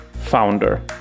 founder